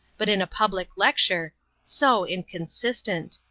but in a public lecture so inconsistent.